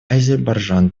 азербайджан